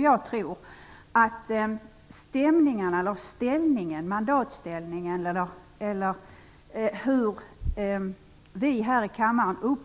Jag tror att vår uppfattning här i kammaren om